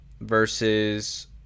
versus